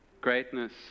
greatness